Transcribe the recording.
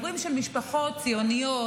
הורים של משפחות ציוניות,